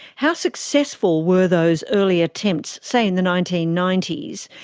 how successful were those early attempts, say in the nineteen ninety s,